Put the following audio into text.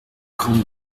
come